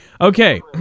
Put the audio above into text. Okay